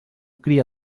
crià